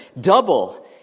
Double